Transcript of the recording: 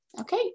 Okay